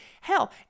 Hell